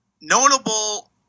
Notable